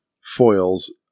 foils